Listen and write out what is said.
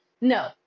no